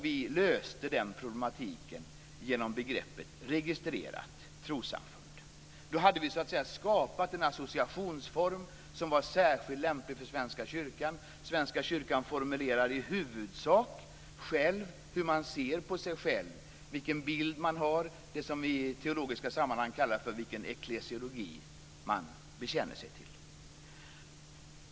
Vi löste problemet med begreppet registrerat trossamfund. Då hade vi skapat en associationsform som var särskilt lämplig för Svenska kyrkan. Svenska kyrkan formulerar i huvudsak själv hur man ser på sig själv, vilken bild man har, det som i teologiska sammanhang kallas för den ecklesiologi man bekänner sig till.